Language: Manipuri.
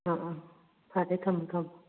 ꯎꯝ ꯎꯝ ꯐꯔꯦ ꯊꯝꯃꯨ ꯊꯝꯃꯨ